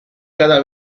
cada